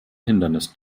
hindernis